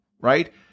right